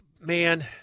man